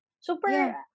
Super